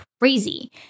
crazy